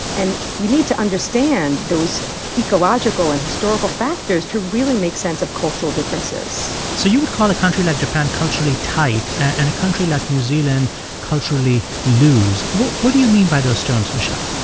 and we need to understand those ecological and historical factors to really make sense of cultural differences so you would call a country like japan culturally tight and a country like new zealand culturally loose. what what do you mean by those terms, michele?